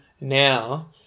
now